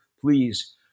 please